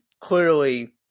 clearly